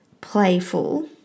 playful